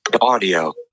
Audio